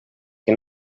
que